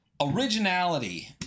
Originality